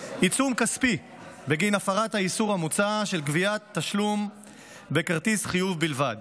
עיצום כספי בגין הפרת האיסור המוצע של גביית תשלום בכרטיס חיוב בלבד.